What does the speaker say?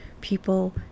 people